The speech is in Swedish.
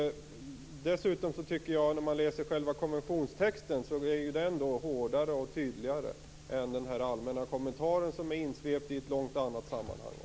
Dessutom är konventionstexten strängare och tydligare än den allmänna kommentaren som är insvept i ett helt annat sammanhang.